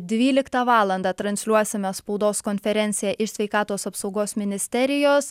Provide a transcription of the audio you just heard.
dvyliktą valandą transliuosime spaudos konferenciją iš sveikatos apsaugos ministerijos